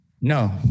No